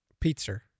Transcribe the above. pizza